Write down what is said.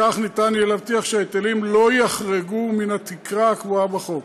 וכך יהיה אפשר להבטיח שההיטלים לא יחרגו מן התקרה הקבועה בחוק.